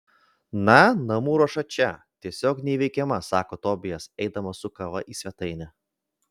na namų ruoša čia tiesiog neįveikiama sako tobijas eidamas su kava į svetainę